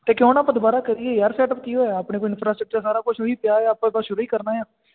ਅਤੇ ਕਿਉਂ ਨਾ ਆਪਾਂ ਦੁਬਾਰਾ ਕਰੀਏ ਯਾਰ ਸੈਟਅਪ ਕੀ ਹੋਇਆ ਆਪਣੇ ਕੋਲ ਇਨਫਰਾਸਟਰਕਚਰ ਸਾਰਾ ਕੁਛ ਉਹੀ ਪਿਆ ਆ ਆਪਾਂ ਬਸ ਸ਼ੁਰੂ ਹੀ ਕਰਨਾ ਆ